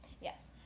Yes